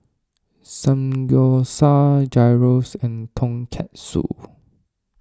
Samgyeopsal Gyros and Tonkatsu